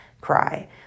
cry